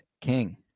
king